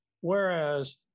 whereas